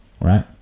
right